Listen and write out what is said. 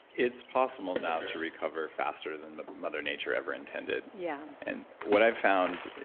it's possible now to recover faster than but mother nature ever intended yeah and what i've found,